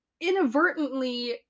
inadvertently